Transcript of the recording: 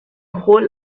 whole